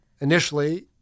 initially